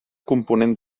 component